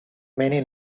many